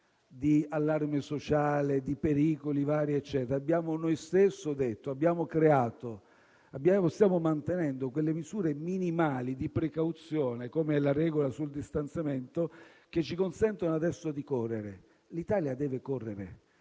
di allarme sociale, di pericoli vari, eccetera. Noi stessi abbiamo creato e stiamo mantenendo quelle misure minimali di precauzione, come la regola sul distanziamento, che adesso ci consentono di correre. L'Italia deve correre.